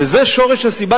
וזה שורש הסיבה,